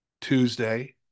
Tuesday